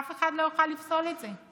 אף אחד לא יוכל לפסול את זה.